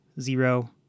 zero